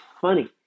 funny